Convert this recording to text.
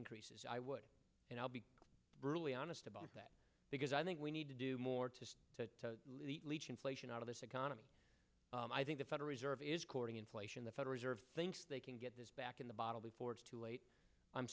increases i would and i'll be brutally honest about that because i think we need to do more to let the inflation out of this economy i think the federal reserve is courting inflation the federal reserve thinks they can get this back in the bottle before it's too late i'm